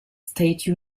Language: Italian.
state